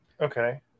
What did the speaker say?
Okay